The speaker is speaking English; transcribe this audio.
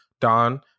don